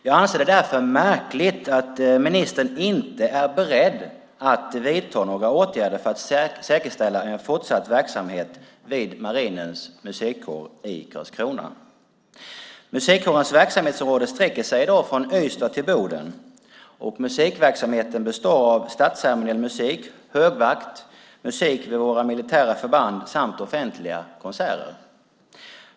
Jag anser det märkligt att ministern inte är beredd att vidta några åtgärder för att säkerställa en fortsatt verksamhet vid Marinens musikkår i Karlskrona. Musikkårens verksamhetsområde sträcker sig i dag från Ystad till Boden. Musikverksamheten består av statsceremoniell musik, högvakt, musik vid våra militära förband samt offentliga konserter.